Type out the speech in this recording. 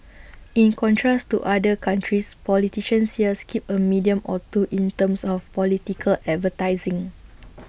in contrast to other countries politicians here skip A medium or two in terms of political advertising